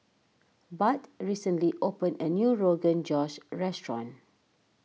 Bud recently opened a new Rogan Josh restaurant